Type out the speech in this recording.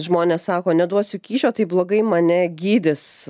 žmonės sako neduosiu kyšio taip blogai mane gydys